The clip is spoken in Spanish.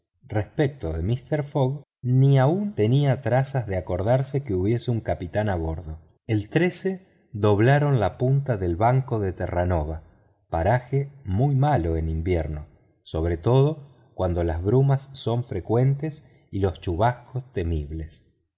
respecto de mister fogg ni aun tenía trazas de acordarse que hubiese un capitán a bordo el doblaron la punta del banco de terranova paraje muy malo en invierno sobre todo cuando las brumas son frecuentes y los chubascos temibles